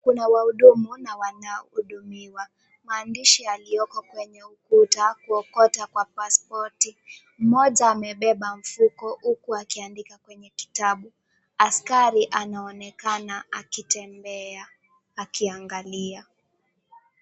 Kuna wahudumu na wanao hudumiwa. Maandishi yaliyoko kwenye ukuta kutoka kwa pasipoti. Mmoja amebeba mfuko huku akiandika kwenye kitabu. Askari anaonekana akitembea akiangalia.